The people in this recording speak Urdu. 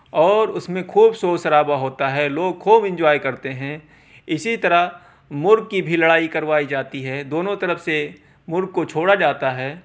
اور اس میں خوب شور شرابہ ہوتا ہے لوگ خوب انجوائے کرتے ہیں اسی طرح مرغ کی بھی لڑائی کروائی جاتی ہے دونوں طرف سے مرغ کو چھوڑا جاتا ہے